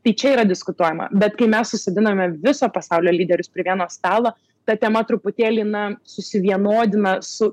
tai čia yra diskutuojama bet kai mes susodiname viso pasaulio lyderius prie vieno stalo ta tema truputėlį na susivienodina su